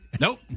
Nope